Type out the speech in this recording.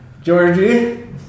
Georgie